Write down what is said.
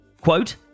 quote